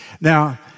Now